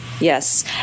Yes